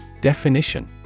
Definition